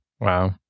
Wow